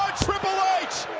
triple h